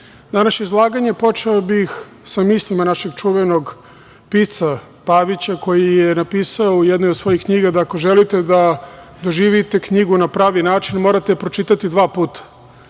današnje izlaganje počeo bih sa mislima našeg čuvenog pisca Pavića, koji je napisao u jednoj od svojih knjiga da ako želite da doživite knjigu na pravi način, morate da je pročitate dva puta